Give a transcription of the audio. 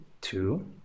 two